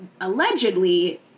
allegedly